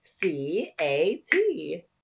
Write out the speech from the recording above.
C-A-T